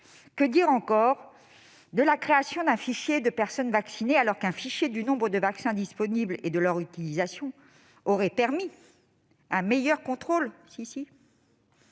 Que dire encore de la création d'un fichier des personnes vaccinées, alors qu'un fichier du nombre de vaccins disponibles et de leur utilisation aurait permis un meilleur contrôle